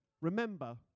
remember